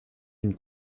une